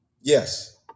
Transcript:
Yes